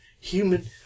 human